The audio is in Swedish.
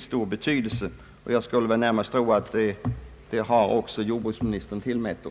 stor betydelse, vilket jag tror att jordbruksministern också gör.